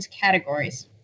categories